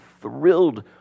thrilled